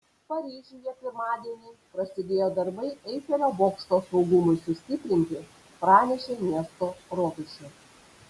paryžiuje pirmadienį prasidėjo darbai eifelio bokšto saugumui sustiprinti pranešė miesto rotušė